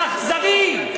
האכזרי.